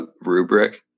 rubric